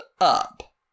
up